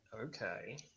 okay